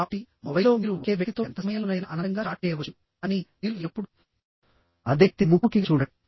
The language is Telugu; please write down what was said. కాబట్టి మొబైల్లో మీరు ఒకే వ్యక్తితో ఎంత సమయంలోనైనా అనంతంగా చాట్ చేయవచ్చు కానీ మీరు ఎప్పుడు అదే వ్యక్తిని ముఖాముఖిగా చూడండి